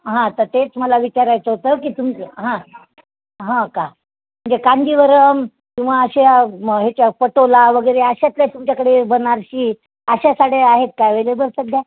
हां त तेच मला विचारायचं होतं की तुमच हां हां का म्हणजे कांजीवरम किंवा अशा ह्याच्या पटोला वगेरे अशातल्या तुमच्याकडे बनारसी अशा साड्या आहेत काय अवेलेबल सध्या